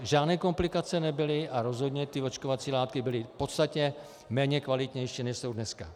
Žádné komplikace nebyly a rozhodně ty očkovací látky byly podstatně méně kvalitní, než jsou dnes.